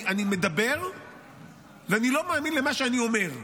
אני מדבר ואני לא מאמין למה שאני אומר.